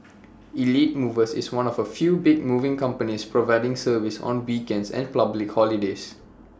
elite movers is one of A few big moving companies providing service on weekends and public holidays